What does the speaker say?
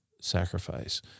sacrifice